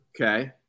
Okay